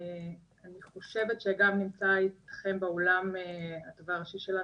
אני חושבת שגם נמצא אתכם בעולם התובע הראשי שלנו,